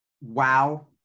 Wow